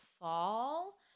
fall